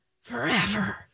forever